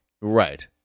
Right